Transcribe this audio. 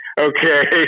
Okay